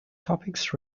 topics